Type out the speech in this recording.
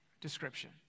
description